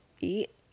eat